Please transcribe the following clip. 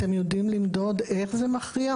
אתם יודעים למדוד איך זה מכריע?